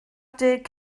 deg